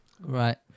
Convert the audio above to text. Right